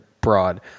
broad